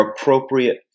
appropriate